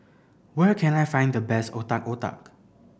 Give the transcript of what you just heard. where can I find the best Otak Otak